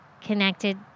connected